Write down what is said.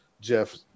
Jeff